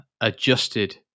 adjusted